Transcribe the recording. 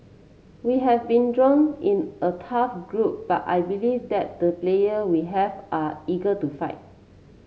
we have been drawn in a tough group but I believe that the player we have are eager to fight